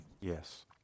Yes